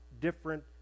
different